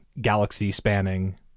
galaxy-spanning